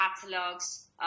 catalogs